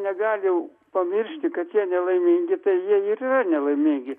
negali pamiršti kad jie nelaimingi tai jie ir yra nelaimingi